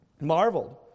marveled